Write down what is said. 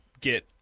get